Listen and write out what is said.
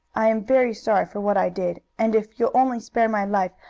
i am very sorry for what i did, and if you'll only spare my life,